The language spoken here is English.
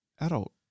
adult